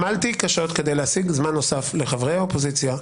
אתה לוקח זמן שעמלתי קשות כדי להשיג זמן נוסף לחברי האופוזיציה,